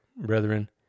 brethren